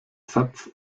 satz